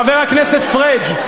חבר הכנסת פריג',